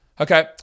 Okay